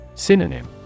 Synonym